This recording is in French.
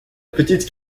petite